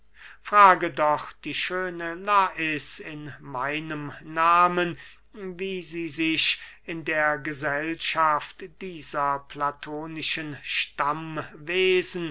frage doch die schöne lais in meinem nahmen wie sie sich in der gesellschaft dieser platonischen